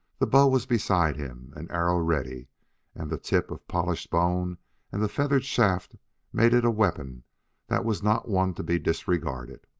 the bow was beside him, an arrow ready and the tip of polished bone and the feathered shaft made it a weapon that was not one to be disregarded.